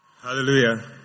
Hallelujah